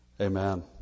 amen